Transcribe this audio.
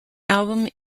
album